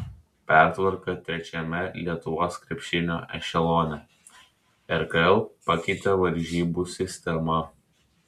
pertvarka trečiame lietuvos krepšinio ešelone rkl pakeitė varžybų sistemą